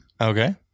Okay